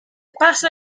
pasa